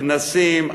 כנסים,